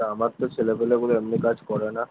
আমার তো ছেলেপেলেগুলো এমনি কাজ করে না